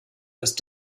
erst